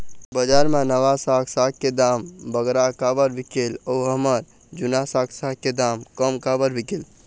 बजार मा नावा साग साग के दाम बगरा काबर बिकेल अऊ हमर जूना साग साग के दाम कम काबर बिकेल?